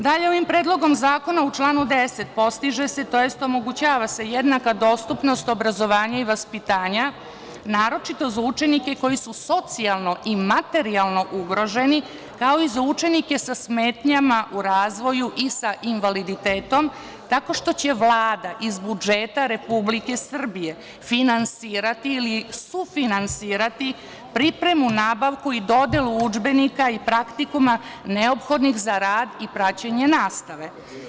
Dalje, ovim predlogom zakona u članu 10. postiže se, to jest omogućava se jednaka dostupnost obrazovanju i vaspitanju, naročito za učenike koji su socijalno i materijalno ugroženi, kao i za učenike sa smetnjama u razvoju i sa invaliditetom, tako što će Vlada iz budžeta Republike Srbije finansirati ili sufinansirati pripremu, nabavku i dodelu udžbenika i praktikuma neophodnih za rad i praćenje nastave.